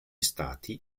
stati